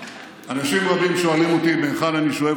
אנשים רבים שואלים אותי מהיכן אני שואב